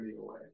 away